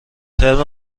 ترم